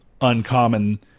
uncommon